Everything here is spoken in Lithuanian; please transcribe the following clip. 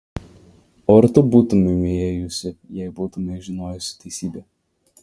o ar tu būtumei ėjusi jei būtumei žinojusi teisybę